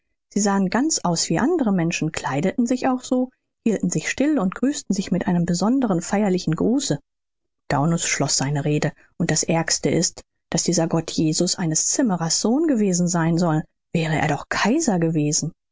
sie sahen ganz aus wie andere menschen kleideten sich auch so hielten sich still und grüßten sich mit einem besonderen feierlichen gruße daunus schloß seine rede und das aergste ist daß dieser gott jesus eines zimmerers sohn gewesen sein soll wäre er noch kaiser gewesen